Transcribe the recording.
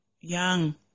young